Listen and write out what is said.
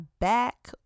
back